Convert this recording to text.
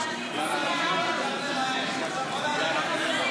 התשפ"ה 2024,